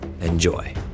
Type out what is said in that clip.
enjoy